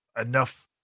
enough